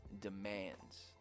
demands